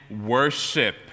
worship